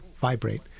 vibrate